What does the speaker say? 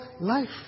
life